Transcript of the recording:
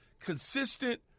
consistent